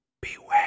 Beware